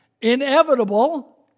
inevitable